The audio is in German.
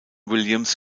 williams